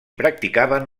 practicaven